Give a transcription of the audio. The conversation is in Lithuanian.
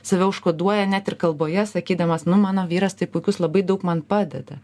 save užkoduoja net ir kalboje sakydamos nu mano vyras tai puikus labai daug man padeda